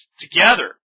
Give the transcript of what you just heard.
together